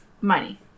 money